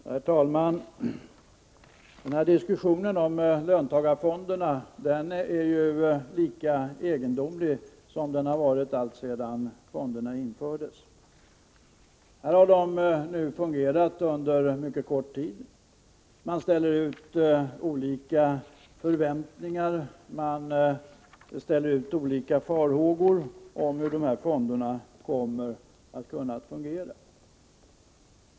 Herr talman! Denna diskussion om löntagarfonderna är lika egendomlig som löntagarfondsdiskussionen har varit alltsedan fonderna infördes. Fonderna har arbetat under en mycket kort tid. Det har ställts förväntningar på och uttalats farhågor om hur dessa fonder skulle komma att fungera.